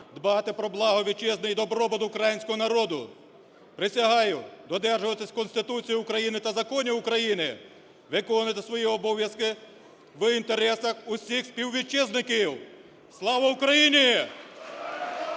дбати про благо Вітчизни і добробут Українського народу. Присягаю додержуватись Конституції України та законів України, виконувати свої обов'язки в інтересах усіх співвітчизників. Слава Україні!